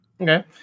Okay